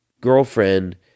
girlfriend